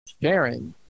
sharing